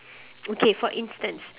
okay for instance